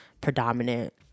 predominant